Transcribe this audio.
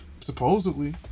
Supposedly